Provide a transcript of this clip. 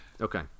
Okay